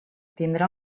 tindrà